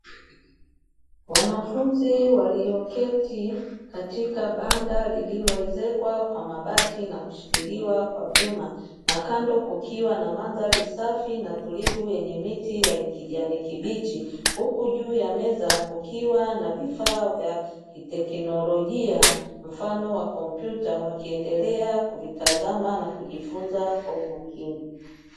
Wanafunzi walioketi katika banda lililoezekwa kwa mabati na kushikiliwa kwa vyuma na kando kukiwa na madhari safi na tulivyo yenye miti ya kijani kibichi, huku juu ya meza kukiwa na vifaa vya teknolojia mfano wa kompyuta wakiendelea kuvitazama na kujifunza kwa umakini.